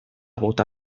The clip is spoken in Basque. bota